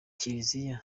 kiliziya